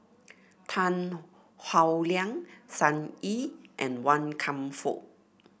Tan Howe Liang Sun Yee and Wan Kam Fook